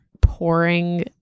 pouring